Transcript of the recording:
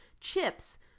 chips